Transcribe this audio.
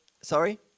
sorry